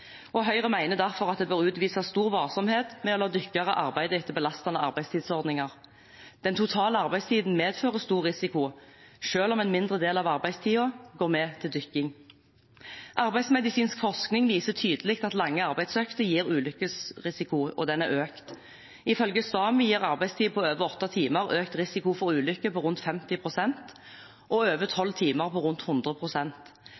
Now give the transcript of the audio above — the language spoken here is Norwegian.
Høyre mener derfor at det bør utvises stor varsomhet med å la dykkere arbeide etter belastende arbeidstidsordninger. Den totale arbeidstiden medfører stor risiko, selv om en mindre del av arbeidstiden går med til dykking. Arbeidsmedisinsk forskning viser tydelig at lange arbeidsøkter gir ulykkesrisiko, og den har økt. Ifølge STAMI gir en arbeidstid på over åtte timer en økt risiko for ulykker på rundt 50 pst. og over